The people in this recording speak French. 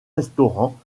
restaurants